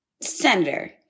Senator